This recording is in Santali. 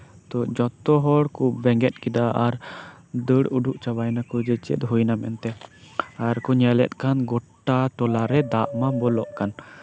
ᱛᱚ ᱡᱚᱛᱚ ᱦᱚᱲᱠᱚ ᱵᱮᱸᱜᱮᱫ ᱠᱮᱫᱟ ᱟᱨ ᱫᱟᱹᱲ ᱩᱰᱩᱜ ᱪᱟᱵᱟᱭᱮᱱᱟᱠᱚ ᱡᱮ ᱪᱮᱫ ᱦᱩᱭᱮᱱᱟ ᱢᱮᱱᱛᱮ ᱟᱨᱠᱚ ᱧᱮᱞᱮᱫ ᱠᱟᱱ ᱜᱚᱴᱟ ᱴᱚᱞᱟᱨᱮ ᱫᱟᱜ ᱢᱟ ᱵᱚᱞᱚᱜ ᱠᱟᱱ